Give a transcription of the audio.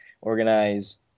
organize